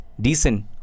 decent